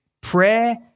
prayer